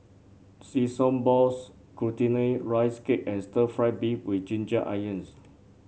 Sesame Balls Glutinous Rice Cake and Stir Fried Beef with Ginger Onions